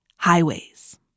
Highways